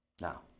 Now